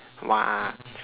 what